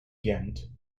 ghent